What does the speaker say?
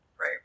right